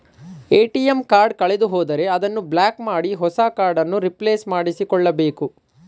ATM card ಕಳೆದುಹೋದರೆ ಅದನ್ನು block ಮಾಡಿ ಹೊಸ ಕಾರ್ಡ್ ಅನ್ನು ರಿಪ್ಲೇಸ್ ಮಾಡಿಸಿಕೊಳ್ಳಬೇಕು